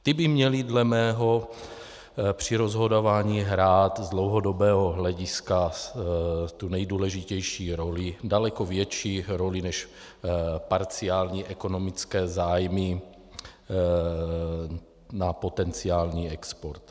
Ty by měly dle mého pro rozhodování hrát z dlouhodobého hlediska tu nejdůležitější roli, daleko větší roli než parciální ekonomické zájmy na potenciální export.